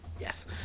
Yes